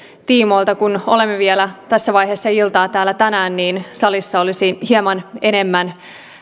tiimoilta kun olemme vielä tässä vaiheessa iltaa täällä tänään salissa olisi hieman enemmän